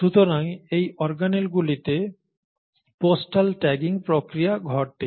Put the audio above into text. সুতরাং এই অর্গানেলগুলিতে পোস্টাল ট্যাগিং প্রক্রিয়া ঘটে